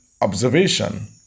observation